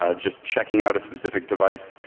ah just checking out a specific device.